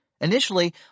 Initially